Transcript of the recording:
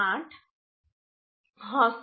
8 હશે